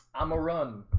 i'm a run